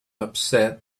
upset